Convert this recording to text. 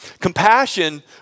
compassion